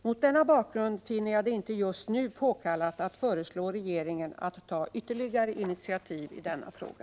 Mot denna bakgrund finner jag det inte just nu påkallat att föreslå regeringen att ta ytterligare initiativ i denna fråga.